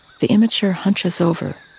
the immature hunches over,